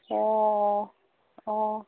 অঁ অঁ